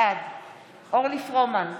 בעד אורלי פרומן,